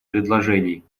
предложений